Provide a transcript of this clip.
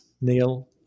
Neil